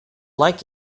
like